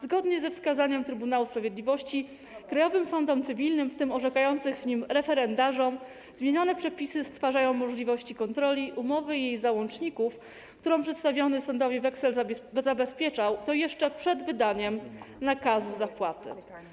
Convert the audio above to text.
Zgodnie ze wskazaniem Trybunału Sprawiedliwości krajowym sądom cywilnym, w tym orzekającym w nich referendarzom zmienione przepisy stwarzają możliwości kontroli umowy i jej załączników, którą przedstawiony sądowy weksel zabezpieczał, i to jeszcze przed wydaniem nakazu zapłaty.